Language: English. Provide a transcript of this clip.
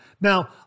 Now